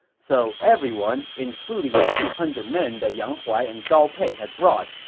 so everyone, including the two hundred men that yang huai and gao pei had brought,